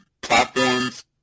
platforms